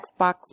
Xbox